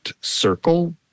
circle